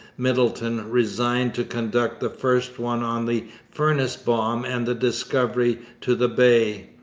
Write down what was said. middleton, resigned to conduct the first one on the furnace bomb and the discovery to the bay.